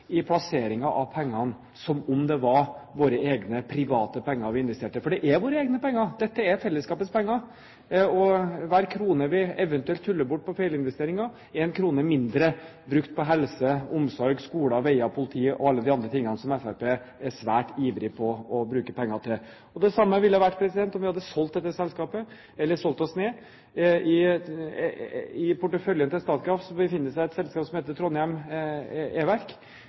i plasseringen av pengene som om det var våre egne private penger vi investerte. For det er våre egne penger. Dette er fellesskapets penger. Hver krone vi eventuelt tuller bort på feilinvesteringer, er en krone mindre brukt på helse, omsorg, skole, veier, politi og alle de andre tingene som Fremskrittspartiet er svært ivrig på å bruke penger til. Det samme ville det vært om vi hadde solgt dette selskapet eller solgt oss ned. I porteføljen til Statkraft befinner det seg et selskap som heter Trondheim